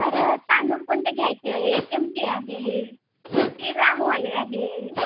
तर तांदूळ कोणते घ्यायचे आहे एच एम टी आहे श्रीरामवाले आहे